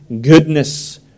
goodness